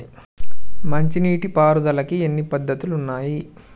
మంచి నీటి పారుదలకి ఎన్ని పద్దతులు ఉన్నాయి?